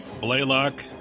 Blaylock